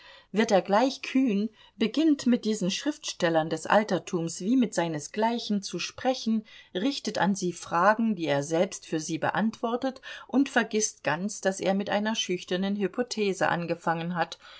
wird er gleich kühn beginnt mit diesen schriftstellern des altertums wie mit seinesgleichen zu sprechen richtet an sie fragen die er selbst für sie beantwortet und vergißt ganz daß er mit einer schüchternen hypothese angefangen hat